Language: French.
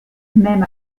même